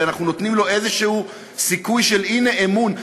ואנחנו נותנים לו סיכוי כלשהו של: הנה אמון.